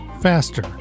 faster